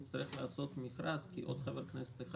נצטרך לעשות מכרז כי עוד חבר כנסת אחד